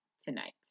tonight